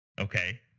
Okay